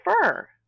prefer